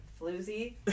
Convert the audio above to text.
floozy